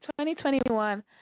2021